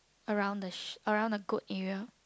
around the sh~ around the goat area